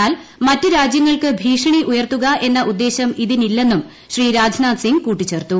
എന്നാൽ മറ്റ് രാജ്യങ്ങൾക്ക് ഭീഷണി ഉയർത്തുക എന്ന ഉദ്ദേശൃം ഇതിനില്ലെന്നും ശ്രീ രാജ്നാഥ് സിംഗ് കൂട്ടിച്ചേർത്തു